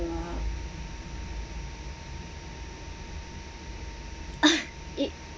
it